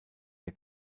der